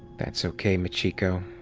that's okay, machiko.